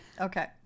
Okay